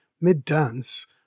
mid-dance